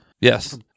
Yes